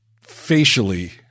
facially